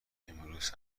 امروز